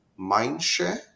mindshare